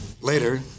Later